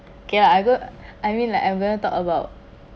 okay lah I go I mean like I gonna talk about